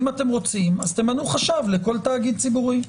אם אתם רוצים, תמנו חשב לכל תאגיד ציבורי.